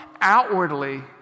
outwardly